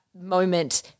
moment